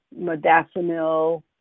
modafinil